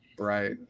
Right